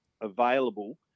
available